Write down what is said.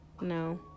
No